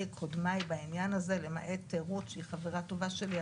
קודמיי בעניין הזה למעט רות שהיא חברה טובה שלי,